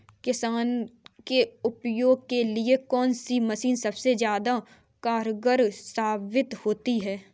किसान के उपयोग के लिए कौन सी मशीन सबसे ज्यादा कारगर साबित होती है?